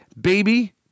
Baby